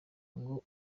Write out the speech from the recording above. ngo